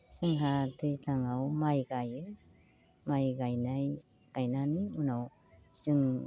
जोंहा दैज्लाङाव माइ गायो माइ गायनानै उनाव जों